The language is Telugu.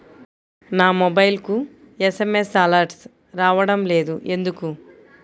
నా మొబైల్కు ఎస్.ఎం.ఎస్ అలర్ట్స్ రావడం లేదు ఎందుకు?